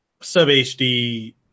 sub-HD